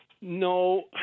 No